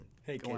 Hey